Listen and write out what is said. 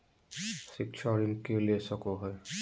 शिक्षा ऋण के ले सको है?